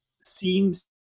seems